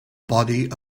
body